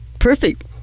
perfect